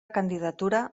candidatura